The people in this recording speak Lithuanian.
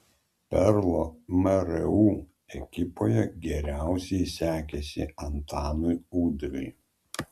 perlo mru ekipoje geriausiai sekėsi antanui udrui